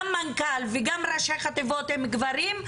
גם מנכ"ל וגם ראשי החטיבות הם גברים,